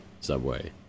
Subway